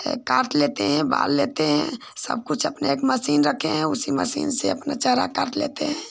काट लेते हैं बाल लेते हैं सबकुछ अपनी एक मशीन रखे हैं उसी मशीन से अपना एक चारा काट लेते हैं